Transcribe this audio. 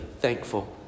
thankful